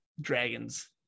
dragons